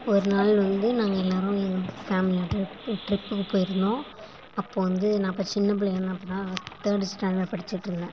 ஒரு நாள் வந்து நாங்கள் எல்லோரும் எங்கள் ஃபேமிலியோடு ட்ரிப்பு ட்ரிப்புக்கு போய்ருந்தோம் அப்போது வந்து நான் அப்போ சின்ன பிள்ளையா என்ன அப்போ தான் தேர்டு ஸ்டாண்டர்டு படிச்சிட்டுருந்தேன்